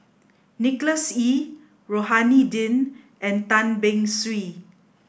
Nicholas Ee Rohani Din and Tan Beng Swee